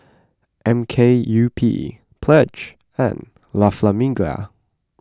M K U P Pledge and La Famiglia